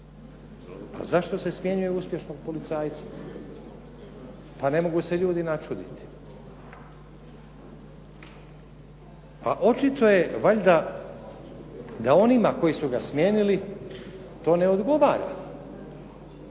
Pa zašto se smjenjuje uspješnog policajca? Pa ne mogu se ljudi načuditi. Pa očito je valjda da onima koji su ga smijenili to ne odgovara